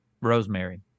Rosemary